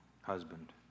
husband